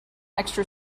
extra